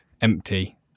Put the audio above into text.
empty